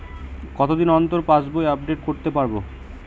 কতদিন অন্তর পাশবই আপডেট করতে পারব?